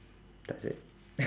does it